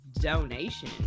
donation